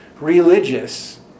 religious